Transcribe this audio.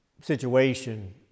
situation